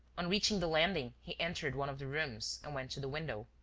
on reaching the landing, he entered one of the rooms and went to the window,